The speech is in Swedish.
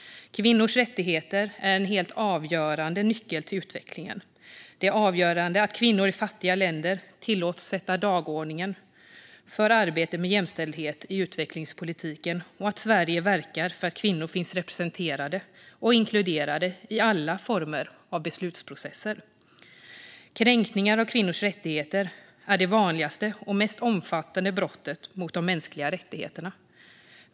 Kvinnors rättigheter är en helt avgörande nyckel till utveckling. Det är avgörande att kvinnor i fattiga länder tillåts sätta dagordningen för arbetet med jämställdhet i utvecklingspolitiken och att Sverige verkar för att kvinnor finns representerade och inkluderas i alla former av beslutsprocesser. Kränkningar av kvinnors rättigheter är det vanligaste och mest omfattande brottet mot de mänskliga rättigheterna.